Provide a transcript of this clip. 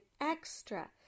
extra